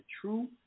true